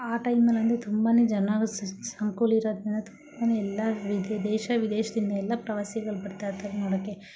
ಆ ಟೈಮ್ನಲ್ಲಂತೂ ತುಂಬನೇ ಜನರು ಸಂಕುಲಿರೋದ್ರಿಂದ ತುಂಬನೇ ಎಲ್ಲ ವಿದೇಶ ವಿದೇಶದಿಂದ ಎಲ್ಲ ಪ್ರವಾಸಿಗರು ಬರ್ತಾಯಿರ್ತಾರೆ ನೋಡೋಕ್ಕೆ